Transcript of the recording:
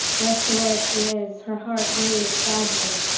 wheresoe'er she is her heart weighs sadly.